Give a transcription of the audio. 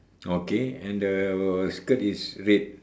okay and the skirt is red